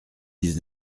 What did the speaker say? dix